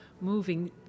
moving